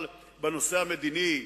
אבל האחריות היום היא עליכם,